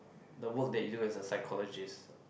the work that you do as a psychologist